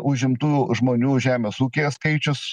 užimtų žmonių žemės ūkyje skaičius